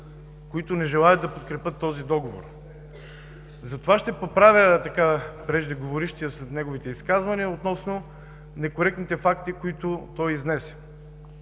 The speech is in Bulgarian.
които не желаят да подкрепят този договор. Затова ще поправя преждеговорившия с неговите изказвания относно некоректните факти, които той изнесе.